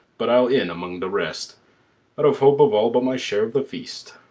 but i'll in among the rest out of hope of all but my share of the feast.